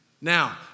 Now